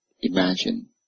imagine